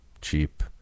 cheap